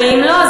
ואם לא,